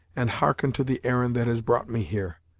and hearken to the errand that has brought me here.